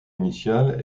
initiale